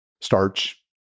starch